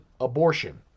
abortion